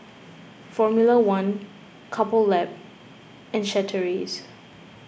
formula one Couple Lab and Chateraise